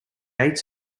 gates